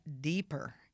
deeper